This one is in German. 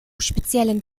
speziellen